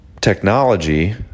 technology